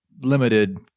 limited